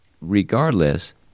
regardless